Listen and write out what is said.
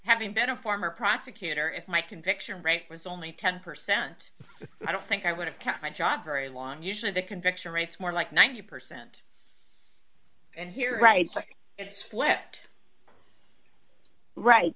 having been a former prosecutor if my conviction rate was only ten percent i don't think i would have kept my job very long usually the conviction rates more like ninety percent and here right it's flipped right